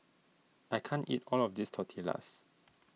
I can't eat all of this Tortillas